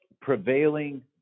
prevailing